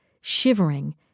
shivering